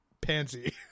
pansy